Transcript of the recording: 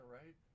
right